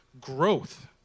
growth